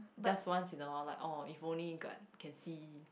just once in awhile like oh if only god can see